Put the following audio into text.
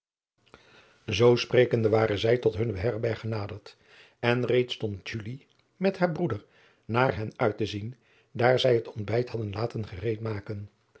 oo sprekende waren zij tot hunne herberg genaderd en reeds stond met haar broeder naar hen uit te zien daar zij het ontbijt hadden laten gereed maken